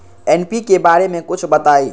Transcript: NPK बारे म कुछ बताई?